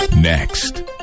Next